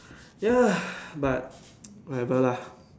ya but whatever lah